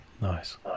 nice